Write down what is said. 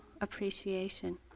appreciation